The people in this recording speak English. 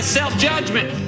self-judgment